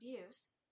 abuse